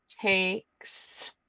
takes